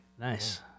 Nice